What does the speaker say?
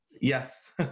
Yes